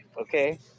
okay